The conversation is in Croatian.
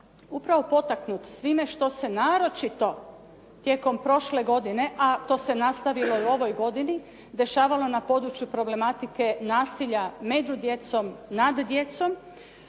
upravo potaknut svime što se naročito tijekom prošle godine, a to se nastavilo i u ovoj godini, dešavalo na području problematike nasilja među djecom nad djecom,